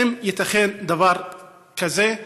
האם ייתכן דבר כזה?